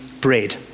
bread